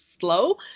slow